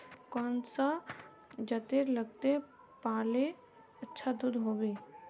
कौन सा जतेर लगते पाल्ले अच्छा दूध होवे?